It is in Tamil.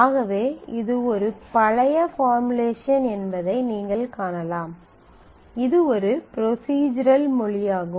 ஆகவே இது ஒரு பழைய பார்முலேஷன் என்பதை நீங்கள் காணலாம் இது ஒரு ப்ரொஸிஸ்ரல் மொழியாகும்